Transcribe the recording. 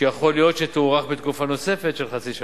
שיכול להיות שתוארך בתקופה נוספת של חצי שנה,